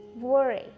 worry